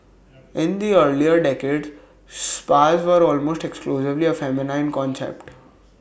in the earlier decades spas were almost exclusively A feminine concept